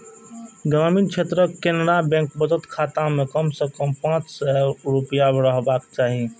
ग्रामीण क्षेत्रक केनरा बैंक बचत खाता मे कम सं कम पांच सय रुपैया रहबाक चाही